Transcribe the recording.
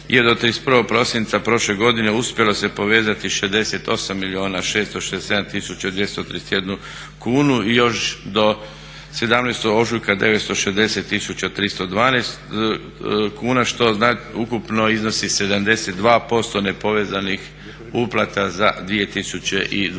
je do 31. prosinca prošle godine uspjelo se povezati 68 milijuna 667 tisuća 231 kunu i još do 17. ožujka 960 tisuća 312 kuna što ukupno iznosi 72% nepovezanih uplata za 2012.